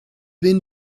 been